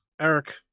Eric